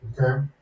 Okay